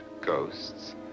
ghosts